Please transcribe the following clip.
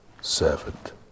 servant